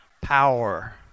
power